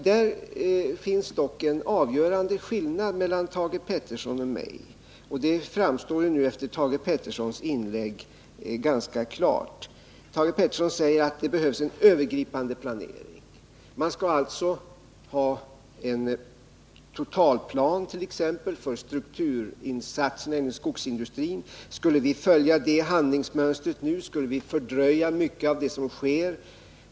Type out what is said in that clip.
Där finns dock en avgörande skillnad mellan Thage Peterson och mig — det framstår nu efter Thage Petersons inlägg ganska klart. Thage Peterson säger att det behövs en övergripande planering. Man skall alltså ha en totalplan, t.ex. för strukturinsatserna inom skogsindustrin. Skulle vi följa det handlingsmönstret nu, så skulle vi fördröja mycket av det som sker.